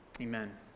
Amen